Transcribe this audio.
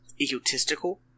egotistical